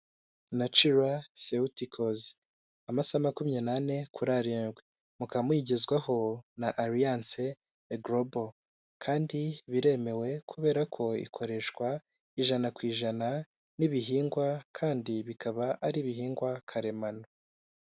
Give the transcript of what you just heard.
Nacila sebutikozi, amasaha makumyabiri n'ane kuri arindwi, mukaba muyigezwaho na Aliyanse Egorobo kandi biremewe kubera ko ikoreshwa ijana ku ijana n'ibihingwa, kandi bikaba ari ibihingwa karemano.